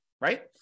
right